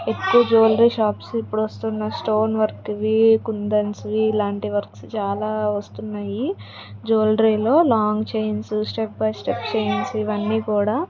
ఎక్కువ jewellery shops ఇప్పుడొస్తున్న stone వర్కివీ కుందన్స్వీ లాంటి వర్క్స్ చాలా వస్తున్నయీ జ్యూవలరీలో long chains step by step chains ఇవన్నీ కూడా